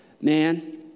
man